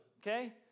okay